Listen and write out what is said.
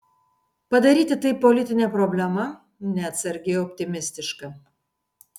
padaryti tai politine problema neatsargiai optimistiška